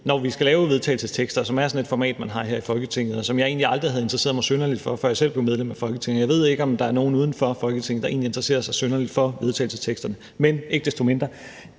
når vi skal lave vedtagelsestekster. Det er sådan et format, man har her i Folketinget, og som jeg egentlig aldrig havde interesseret mig synderligt for, før jeg selv blev medlem af Folketinget. Jeg ved ikke, om der er nogen uden for Folketinget, der egentlig interesserer sig synderligt for vedtagelsesteksterne, men ikke desto mindre.